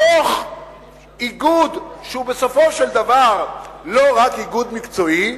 בתוך איגוד שהוא בסופו של דבר לא רק איגוד מקצועי,